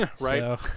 right